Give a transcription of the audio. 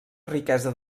riquesa